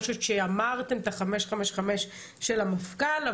אני חושבת שאמרתם את ה-חמש חמש חמש של המפכ"ל.